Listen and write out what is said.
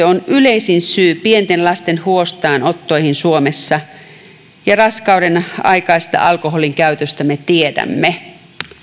on yleisin syy pienten lasten huostaanottoihin suomessa ja raskaudenaikaisesta alkoholinkäytöstä me tiedämme